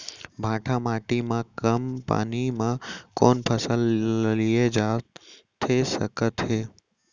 भांठा माटी मा कम पानी मा कौन फसल लिए जाथे सकत हे?